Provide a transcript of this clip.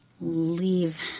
leave